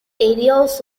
areas